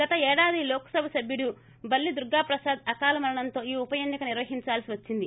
గత ఏడాది లోక్ సభ సభ్యుడు బల్లి దుర్గాప్రసాద్ అకాల మరణంతో ఈ ఉప ఎన్నిక నిర్వహించాల్సి వచ్చింది